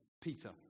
Peter